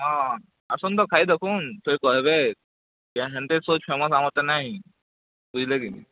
ହଁ ଆସୁନ୍ ତ ଖାଇ ଦେଖୁନ୍ ଫେର୍ କହିବେ କେନ୍ ହଣ୍ଡରେଟଫୁଲ୍ କ୍ଷମତା ଆମର୍ ତ ନାଇଁ ବୁଝିଲେକି